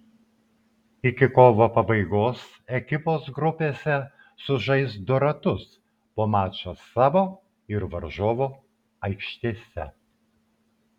iki kovo pabaigos ekipos grupėse sužais du ratus po mačą savo ir varžovų aikštėse